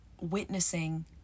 witnessing